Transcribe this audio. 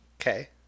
okay